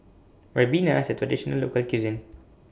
Ribena IS A Traditional Local Cuisine